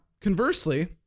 conversely